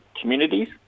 communities